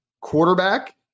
Quarterback